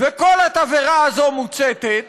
וכל התבערה הזו מוצתת